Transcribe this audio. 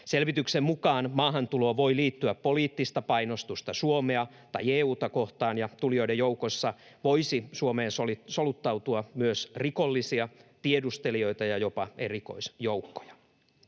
Selvityksen mukaan maahantuloon voi liittyä poliittista painostusta Suomea tai EU:ta kohtaan ja tulijoiden joukossa voisi Suomeen soluttautua myös rikollisia, tiedustelijoita ja jopa erikoisjoukkoja.